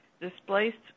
displaced